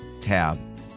tab